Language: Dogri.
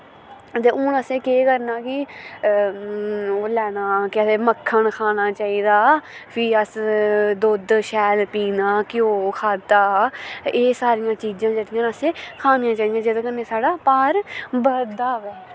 ते हून असें केह् करना कि ओह् लैना केह् आखदे मक्खन खाना चाहिदा फ्ही अस दुद्ध शैल पीना घ्यो खाद्धा एह् सारियां चीजां जेह्कियां असें खानियां चाहिदियां जेह्दे कन्नै साढ़ा भार बधदा होऐ